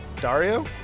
Dario